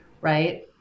Right